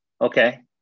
Okay